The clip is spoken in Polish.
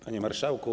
Panie Marszałku!